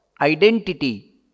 identity